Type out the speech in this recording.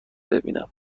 ببینم